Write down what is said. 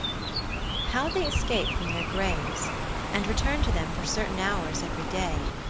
how they escape from their graves and return to them for certain hours every day,